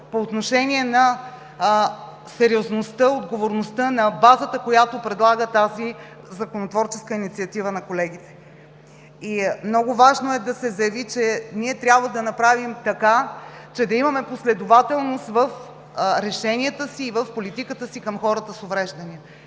по отношение на сериозността, отговорността на базата, която предлага тази законотворческа инициатива на колегите. Много важно е да се заяви, че ние трябва да направи така, че да имаме последователност в решенията си и в политиката си към хората с увреждания.